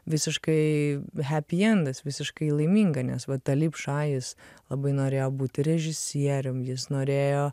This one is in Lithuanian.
visiškai hepiendas visiškai laiminga nes va talipša jis labai norėjo būti režisierium jis norėjo